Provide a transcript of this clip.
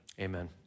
amen